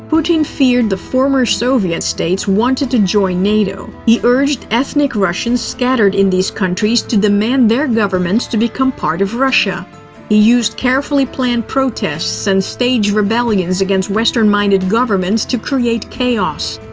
putin feared the former soviet states wanted to join nato. he urged ethnic russians scattered in these countries to demand their governments to become part of russia. he used carefully planned protests and staged rebellions against western minded-governments to create chaos.